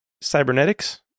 Cybernetics